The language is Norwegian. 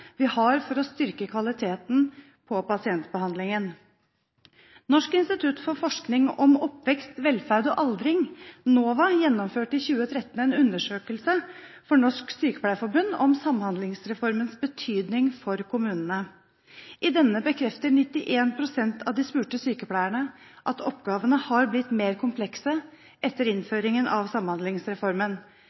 vi har for å styrke kvaliteten på pasientbehandlingen. Norsk institutt for forskning om oppvekst, velferd og aldring, NOVA, gjennomførte i 2013 en undersøkelse for Norsk Sykepleierforbund om Samhandlingsreformens betydning for kommunene. I denne bekrefter 91 pst. av de spurte sykepleierne at oppgavene har blitt mer komplekse etter innføringen av Samhandlingsreformen.